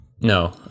No